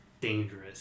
dangerous